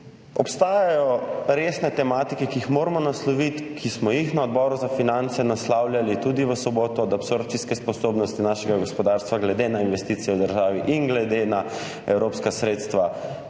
Obstajajo resne tematike, ki jih moramo nasloviti, ki smo jih na Odboru za finance naslavljali tudi v soboto, na primer absorpcijske sposobnosti našega gospodarstva glede na investicije v državi in glede na evropska sredstva.